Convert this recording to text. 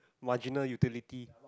marginal utility